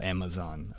Amazon